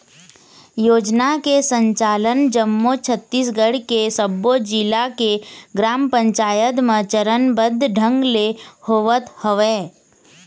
योजना के संचालन जम्मो छत्तीसगढ़ के सब्बो जिला के ग्राम पंचायत म चरनबद्ध ढंग ले होवत हवय